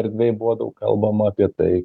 erdvėj buvo daug kalbama apie tai